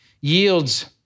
yields